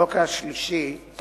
החוק השלישי הוא